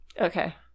Okay